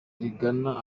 rigana